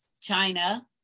China